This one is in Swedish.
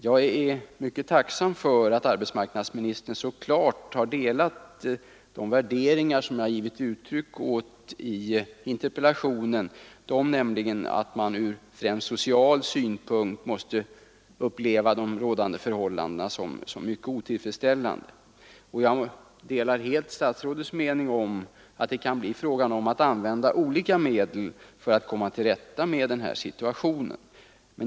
Jag är mycket tacksam för att arbetsmarknadsministern så klart instämmer i de värderingar som jag har givit uttryck åt i interpellationen, att man främst från social synpunkt måste uppleva de rådande förhållandena som mycket otillfredsställande. Jag delar statsrådets mening att det kan bli fråga om att använda olika medel för att komma till rätta med den här situationen.